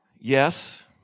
Yes